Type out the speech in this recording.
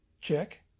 Check